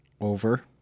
Over